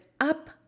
up